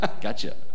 gotcha